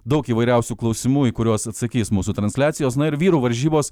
daug įvairiausių klausimų į kuriuos atsakys mūsų transliacijos na ir vyrų varžybos